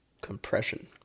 Compression